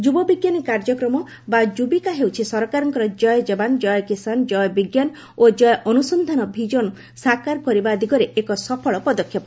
ଯୁବ ବିଜ୍ଞାନୀ କାର୍ଯ୍ୟକ୍ରମ ବା ଯୁବିକା ହେଉଛି ସରକାରଙ୍କର 'ଜୟ ଯବାନ ଜୟ କିଷାନ ଜୟ ବିଜ୍ଞାନ ଓ ଜୟ ଅନୁସନ୍ଧାନ' ଭିଜନ୍ ସାକାର କରିବା ଦିଗରେ ଏକ ସଫଳ ପଦକ୍ଷେପ